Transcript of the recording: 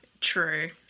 True